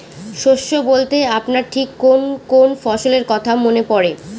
শস্য বলতে আপনার ঠিক কোন কোন ফসলের কথা মনে পড়ে?